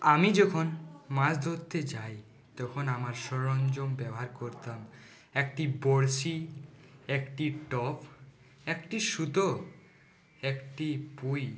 আমি যখন মাছ ধরতে যাই তখন আমার সরঞ্জম ব্যবহার করতাম একটি বড়শি একটি টোপ একটি সুতো একটি পুঁই